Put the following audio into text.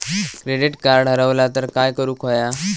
Credit card हरवला तर काय करुक होया?